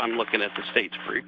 i'm looking at the state's free